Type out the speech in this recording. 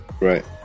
Right